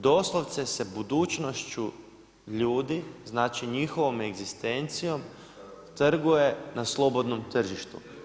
Doslovce se budućnošću ljudi znači njihovom egzistencijom trguje na slobodnom tržištu.